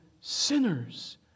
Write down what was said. sinners